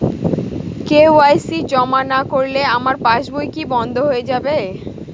KYC জমা না করলে আমার পাসবই কি বন্ধ হয়ে যাবে?